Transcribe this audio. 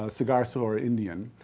ah cigar store indian,